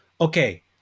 okay